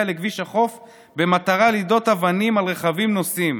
לכביש החוף במטרה ליידות אבנים על רכבים נוסעים.